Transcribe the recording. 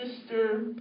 sister